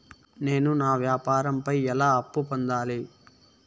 నేను నా వ్యాపారం పై ఎలా అప్పు పొందాలి?